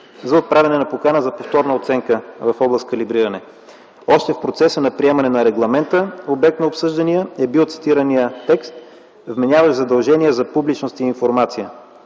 за отправяне на покана за повторна оценка в област калибриране. Още в процеса на приемане на регламента, обект на обсъждания, е бил цитираният текст, вменяващ задължение за публичност на информацията.